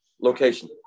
location